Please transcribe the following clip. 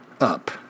up